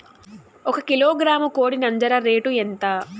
ఒక కిలోగ్రాము కోడి నంజర రేటు ఎంత?